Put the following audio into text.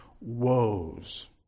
woes